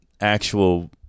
actual